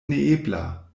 neebla